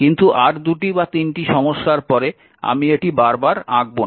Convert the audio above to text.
কিন্তু আর 2টি বা 3টি সমস্যার পরে আমি এটি বারবার আঁকব না